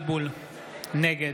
(קורא בשמות חברי הכנסת) משה אבוטבול, נגד